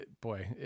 boy